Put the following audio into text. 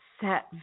set